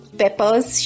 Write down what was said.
peppers